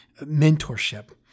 mentorship